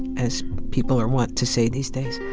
as people are wont to say these days.